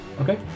Okay